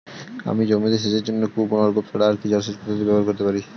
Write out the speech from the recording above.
আমি জমিতে সেচের জন্য কূপ ও নলকূপ ছাড়া আর কি জলসেচ পদ্ধতি ব্যবহার করতে পারি?